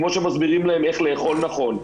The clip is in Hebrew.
כמו שמסבירים להם איך לאכול נכון,